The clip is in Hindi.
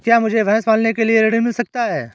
क्या मुझे भैंस पालने के लिए ऋण मिल सकता है?